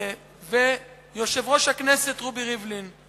ויושב-ראש הכנסת רובי ריבלין,